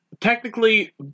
technically